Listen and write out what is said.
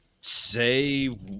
say